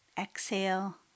Exhale